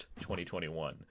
2021